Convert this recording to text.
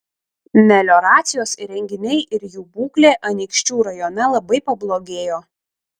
melioracijos įrenginiai ir jų būklė anykščių rajone labai pablogėjo